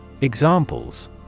Examples